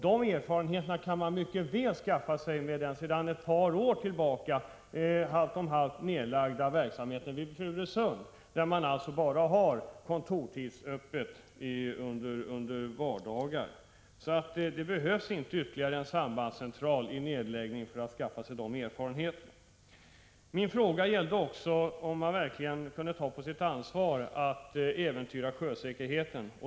De erfarenheterna kan man mycket väl hämta från den sedan ett par år tillbaka halvt om halvt nedlagda verksamheten vid Furusund, där man bara har öppet vardagar under kontorstid. Det behövs ingen nedläggning av ytterligare en sambandscentral för att skaffa sig dessa erfarenheter. Min fråga gällde också om man verkligen kan ta på sitt ansvar att äventyra sjösäkerheten.